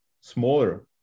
smaller